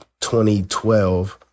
2012